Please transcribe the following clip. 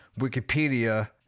wikipedia